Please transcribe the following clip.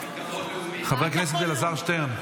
חבר הכנסת אלעזר שטרן.